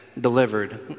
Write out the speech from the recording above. delivered